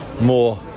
more